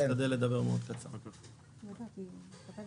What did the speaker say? תודה רבה על הזכות